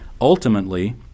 ultimately